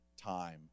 time